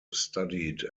studied